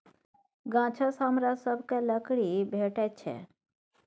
गाछसँ हमरा सभकए लकड़ी भेटैत छै